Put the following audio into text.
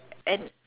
and